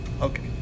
Okay